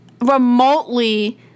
remotely